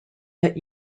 that